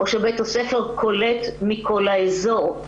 או שבית הספר קולט מכל האזור?